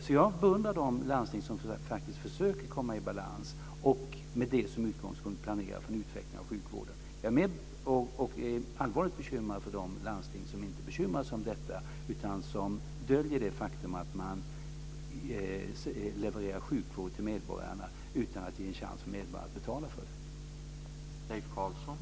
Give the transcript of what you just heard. Så jag beundrar de landsting som faktiskt försöker komma i balans och som med det som utgångspunkt planerar för en utveckling av sjukvården. Jag är allvarligt oroad för de landsting som inte bekymrar sig om detta utan döljer det faktum att man levererar sjukvård till medborgarna utan att ge en chans till medborgarna att betala för det.